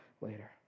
later